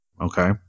Okay